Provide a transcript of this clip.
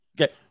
Okay